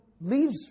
leaves